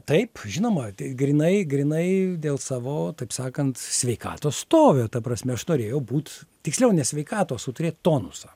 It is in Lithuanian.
taip žinoma tai grynai grynai dėl savo taip sakant sveikatos stovio ta prasme aš norėjau būt tiksliau ne sveikatos o turėt tonusą